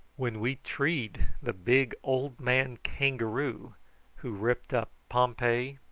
when we treed the big old man kangaroo who ripped up pompey,